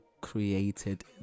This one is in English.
created